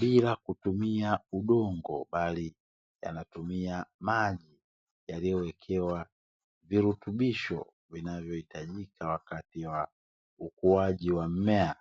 bila kutumia udongo, bali yanatumia maji yaliyowekewa virutubisho vinavyohitajika wakati wa ukuaji wa mmea.